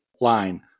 line